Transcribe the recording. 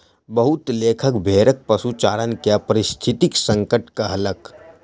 बहुत लेखक भेड़क पशुचारण के पारिस्थितिक संकट कहलक